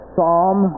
Psalm